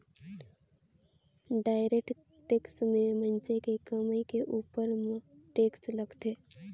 direct tax में मइनसे के कमई के उपर म टेक्स लगथे